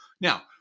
Now